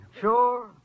Sure